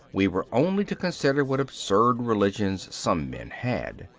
we were only to consider what absurd religions some men had.